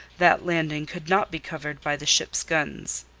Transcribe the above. that landing could not be covered by the ships' guns.